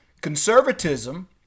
Conservatism